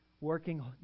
working